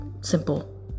simple